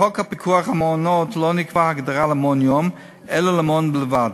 בחוק הפיקוח על מעונות לא נקבעה הגדרה למעון-יום אלא למעון בלבד.